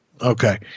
Okay